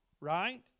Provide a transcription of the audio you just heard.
right